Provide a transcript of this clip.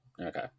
Okay